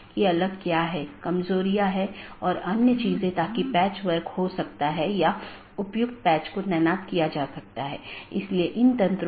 इसका मतलब है कि कौन से पोर्ट और या नेटवर्क का कौन सा डोमेन आप इस्तेमाल कर सकते हैं